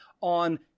on